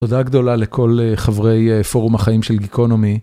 תודה גדולה לכל חברי פורום החיים של גיקונומי.